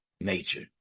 nature